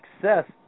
success